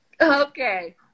Okay